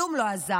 כלום לא עזר.